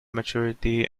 maturity